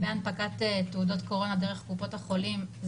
בהנפקת תעודות קורונה דרך קופות החולים,